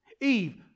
Eve